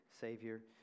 Savior